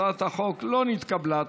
הצעת החוק לא נתקבלה.